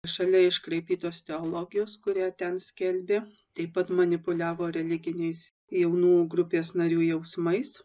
šalia iškraipytos teologijos kurią ten skelbė taip pat manipuliavo religiniais jaunų grupės narių jausmais